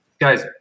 guys